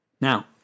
Now